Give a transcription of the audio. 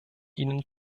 ihnen